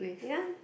ya